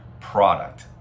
product